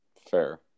Fair